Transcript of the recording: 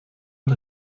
het